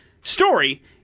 story